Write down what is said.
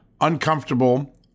uncomfortable